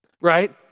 Right